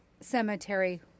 Cemetery